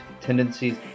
tendencies